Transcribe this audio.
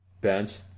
bench